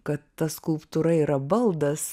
kad ta skulptūra yra baldas